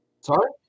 Sorry